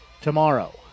tomorrow